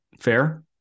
Fair